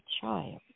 child